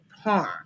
harm